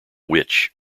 witch